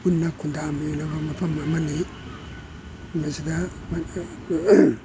ꯄꯨꯟꯅ ꯈꯨꯟꯗꯥꯃꯤꯟꯅꯕ ꯃꯐꯝ ꯑꯃꯅꯤ ꯃꯁꯤꯗ